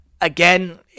again